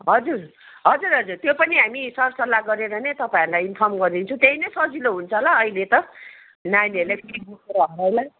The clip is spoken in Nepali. हजुर हजुर हजुर त्यो पनि हामी सर सल्लाह गरेर नै तपाईँहरूलाई इन्फर्म गरिदिन्छौँ त्यही नै सजिलो हुन्छ होला अहिले त नानीहरू